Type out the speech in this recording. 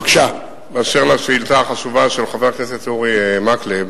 באשר לשאילתא החשובה של חבר הכנסת אורי מקלב